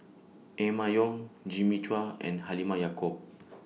Emma Yong Jimmy Chua and Halimah Yacob